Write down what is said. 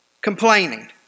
complaining